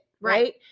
right